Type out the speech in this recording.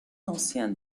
ancien